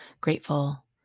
grateful